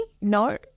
No